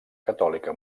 catòlica